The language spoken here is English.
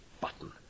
button